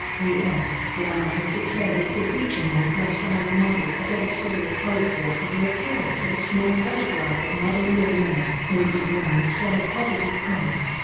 u s. glamour has declared it will feature more plus-size models as editorial policy after the appearance of a small photograph of model lizzie miller caused a groundswell of positive comment.